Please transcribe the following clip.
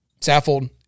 Saffold